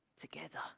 together